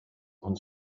uns